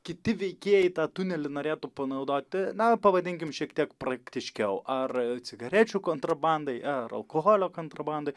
kiti veikėjai tą tunelį norėtų panaudoti na pavadinkim šiek tiek praktiškiau ar cigarečių kontrabandai ar alkoholio kontrabandai